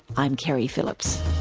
i'm keri phillips